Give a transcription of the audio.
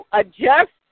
adjust